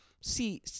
See